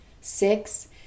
six